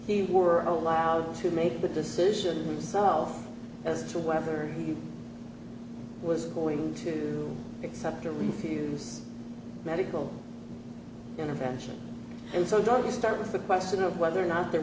he were allowed to make the decision to self as to whether he was going to accept or refuse medical intervention and so doug you start with the question of whether or not there